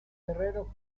guerrero